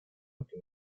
anti